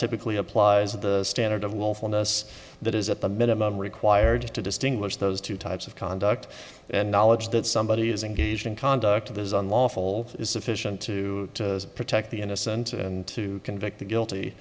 typically applies the standard of willfulness that is at the minimum required to distinguish those two types of conduct and knowledge that somebody is engaged in conduct that is unlawful is sufficient to protect the innocent and to convict the guilty